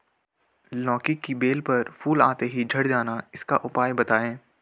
लौकी की बेल पर फूल आते ही झड़ जाना इसका उपाय बताएं?